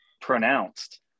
pronounced